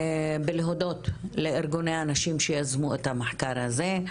להודות לארגוני הנשים שיזמו את המחקר הזה,